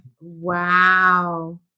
Wow